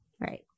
right